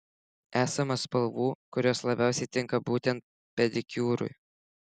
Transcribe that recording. esama spalvų kurios labiausiai tinka būtent pedikiūrui